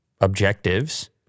objectives